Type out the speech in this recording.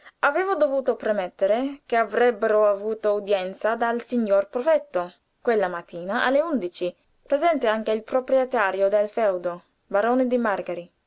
aveva dovuto promettere che avrebbero avuto udienza dal signor prefetto quella mattina alle undici presente anche il proprietario del fèudo barone di